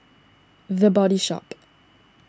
the Body Shop